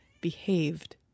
behaved